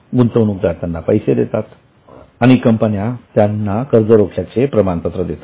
गुंतवणूकदार त्यांना पैसे देतात आणि कंपन्यां त्यांना कर्जरोख्याचे प्रमाणपत्र देतात